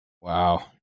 wow